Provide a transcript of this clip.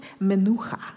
menucha